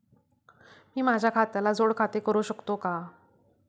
मी माझ्या खात्याला जोड खाते करू शकतो का?